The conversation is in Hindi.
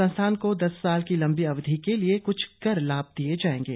संस्थान को दस साल की लम्बी अवधि के लिए क्छ कर लाभ दिए जाएंगे